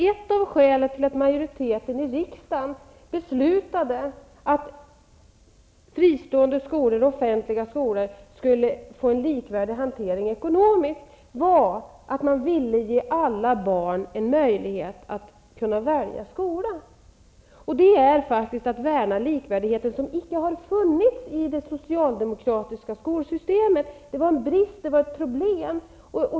Ett av skälen till att majoriteten i riksdagen beslutade att fristående och offentliga skolor skulle få en likvärdig hantering ekonomiskt var att man ville ge alla barn möjlighet att välja skola. Det är att värna likvärdigheten, som icke har funnits i det socialdemokratiska skolsystemet. Det var en brist, ett problem.